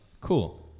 cool